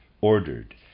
ordered